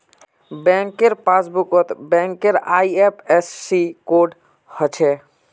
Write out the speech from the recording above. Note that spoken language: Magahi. बैंक पासबुकत बैंकेर आई.एफ.एस.सी कोड हछे